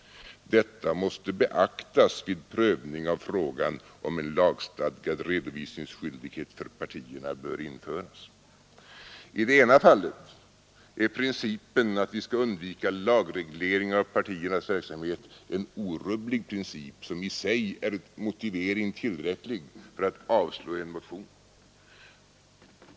Detta måste beaktas vid prövning av frågan om en lagstadgad redovisningsskyldighet för partierna bör införas.” I det ena fallet är principen att vi skall undvika lagreglering av partiernas verksamhet en orubblig princip, som i sig är motivering tillräcklig för att avslå en motion.